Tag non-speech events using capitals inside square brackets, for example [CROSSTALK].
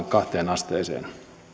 [UNINTELLIGIBLE] kahteen asteeseen